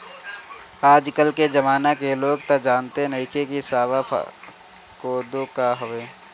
आज के जमाना के लोग तअ जानते नइखे की सावा कोदो का हवे